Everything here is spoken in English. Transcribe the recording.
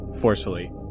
Forcefully